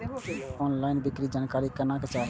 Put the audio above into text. Online बिक्री के जानकारी केना चाही?